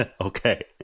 Okay